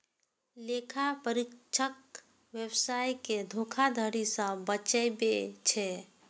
लेखा परीक्षक व्यवसाय कें धोखाधड़ी सं बचबै छै